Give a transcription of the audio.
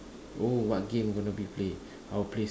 oh what games gonna be played I will play